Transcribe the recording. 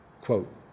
Quote